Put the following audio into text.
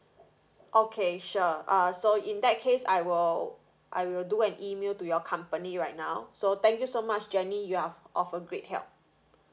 okay sure uh so in that case I will I will do an email to your company right now so thank you so much jenny you are of a great help